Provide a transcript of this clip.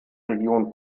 region